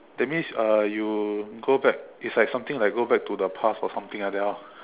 that means uh you go back it's like something like go back to the past or something like that orh